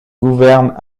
gouverne